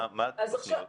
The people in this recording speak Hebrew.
מה התוכנית?